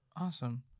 Awesome